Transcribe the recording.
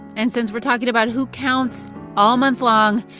and since we're talking about who counts all month long,